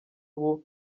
ubu